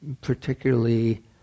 particularly